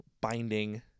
Binding